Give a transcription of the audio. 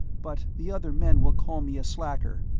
but the other men will call me a slacker.